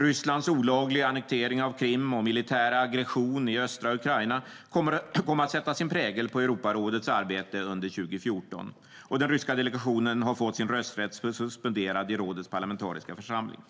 Rysslands olagliga annektering av Krim och militära aggression i östra Ukraina kom att sätta sin prägel på Europarådets arbete under 2014, och den ryska delegationen har fått sin rösträtt suspenderad i rådets parlamentariska församling.